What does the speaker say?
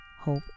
Hope